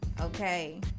Okay